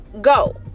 go